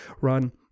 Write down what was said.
run